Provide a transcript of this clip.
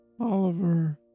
Oliver